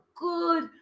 good